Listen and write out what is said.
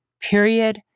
Period